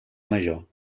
major